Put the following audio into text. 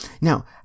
Now